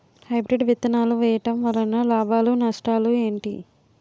Hybrid విత్తనాలు వేయటం వలన లాభాలు నష్టాలు ఏంటి?